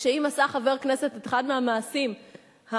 שאם עשה חבר כנסת את אחד מהמעשים המיוחסים,